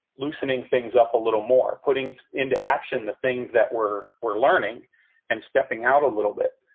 loosening things up a little more, putting into action the things that we're we're learning and stepping out a little bit.